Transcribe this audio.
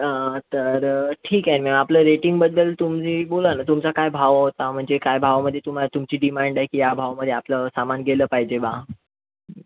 तर ठीक आहे मॅम आपलं रेटिंगबद्दल तुम्ही बोला ना तुमचा काय भाव होता म्हणजे काय भावमध्ये तुमा तुमची डिमांड आहे की या भावमध्ये आपलं सामान गेलं पाहिजे बा